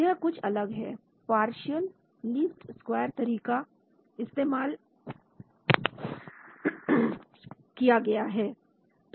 यह कुछ अलग है पार्शियल लीस्ट स्क्वायर तरीका इस्तेमाल किया गया है